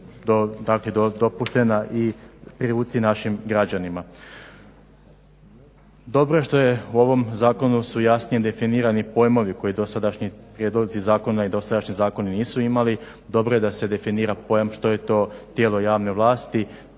je što je, u ovom Zakonu su jasnije definirani pojmovi koji dosadašnji prijedlozi zakona i dosadašnji zakoni nisu imali. Dobro je da se definira pojam što je to tijelo javne vlasti